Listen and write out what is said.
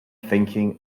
thinking